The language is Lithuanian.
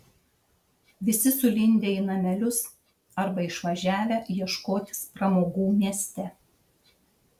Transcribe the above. visi sulindę į namelius arba išvažiavę ieškotis pramogų mieste